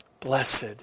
Blessed